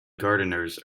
gardeners